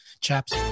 chaps